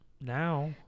Now